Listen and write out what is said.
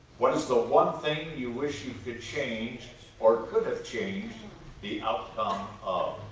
what is the one thing you wish you could change or could've changed the outcome of?